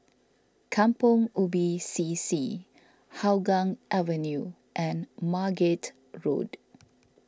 Kampong Ubi C C Hougang Avenue and Margate Road